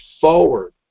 forward